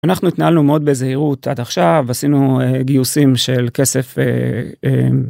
אנחנו התנהלנו מאוד בזהירות עד עכשיו עשינו גיוסים של כסף.